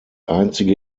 einzige